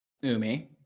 Umi